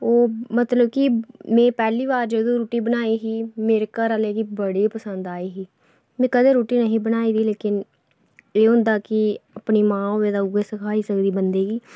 ओह् मतलब कि में पैह्ली बार जदूं रुट्टी बनाई ही ते मेरे घरै आह्ले गी बड़ी पसंद आई ही में कदें रुट्टी नेईं ही बनाई दी लेकिन एह् होंदा कि अपनी मां होऐ तां उ'ऐ सखाई सकदी बंदे गी